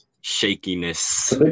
shakiness